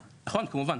נכון, כמובן.